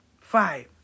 Five